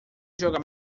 jogar